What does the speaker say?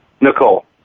Nicole